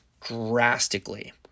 drastically